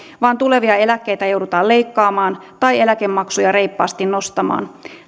vaan tulevia eläkkeitä joudutaan leikkaamaan tai eläkemaksuja reippaasti nostamaan